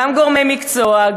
גם גורמי מקצוע,